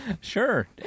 Sure